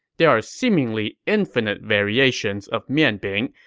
there are seemingly infinite variations of mian bing.